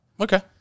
Okay